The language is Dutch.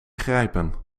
grijpen